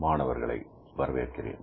மாணவர்களை வரவேற்கிறேன்